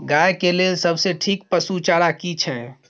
गाय के लेल सबसे ठीक पसु चारा की छै?